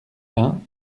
bains